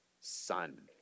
son